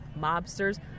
mobsters